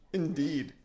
indeed